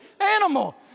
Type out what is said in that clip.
animal